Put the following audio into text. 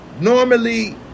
Normally